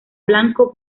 blanco